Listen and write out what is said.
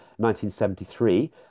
1973